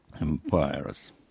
empires